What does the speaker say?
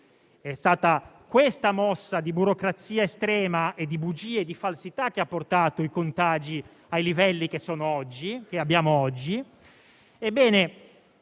È stata questa mossa di burocrazia estrema, di bugie e di falsità che ha portato i contagi ai livelli che abbiamo oggi.